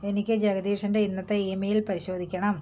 എനിക്ക് ജഗദീഷിൻ്റെ ഇന്നത്തെ ഇമെയിൽ പരിശോധിക്കണം